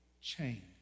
change